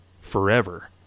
Forever